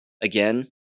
Again